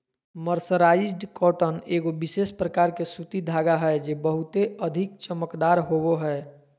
mercerised cotton एगो विशेष प्रकार के सूती धागा हय जे बहुते अधिक चमकदार होवो हय